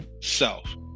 self